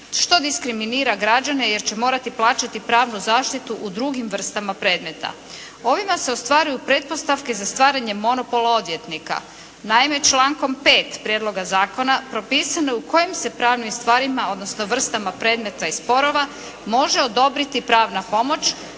što diskriminira građane jer će morati plaćati pravnu zaštitu u drugim vrstama predmeta. Ovime se ostvaruju pretpostavke za stvaranje monopola odvjetnika. Naime, člankom 5. prijedloga zakona propisano je u kojim se pravnim stvarima odnosno vrstama predmeta i sporova može odobriti pravna pomoć.